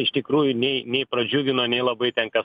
iš tikrųjų nei nei pradžiugino nei labai ten kas